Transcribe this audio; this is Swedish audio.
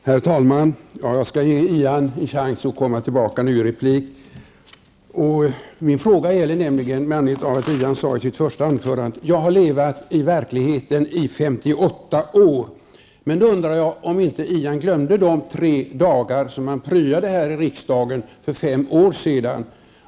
Herr talman! Jag skall ge Ian en chans att komma tillbaka i en ny replik. Jag har ett par frågor till honom med anledning av att han sade i sitt första anförande: Jag har levat i verkligheten i 58 år. Glömde inte Ian de tre dagar som han pryade här i riksdagen för fem år sedan?